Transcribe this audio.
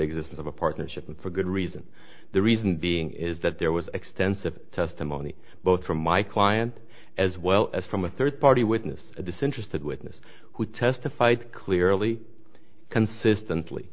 existence of a partnership and for good reason the reason being is that there was extensive testimony both from my client as well as from a third party witness a disinterested witness who testified clearly consistently